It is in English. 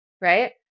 right